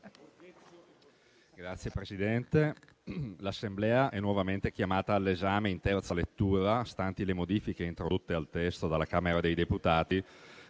Signor Presidente, l'Assemblea è nuovamente chiamata all'esame, in terza lettura stanti le modifiche introdotte al testo dalla Camera dei deputati,